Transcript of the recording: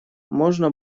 можно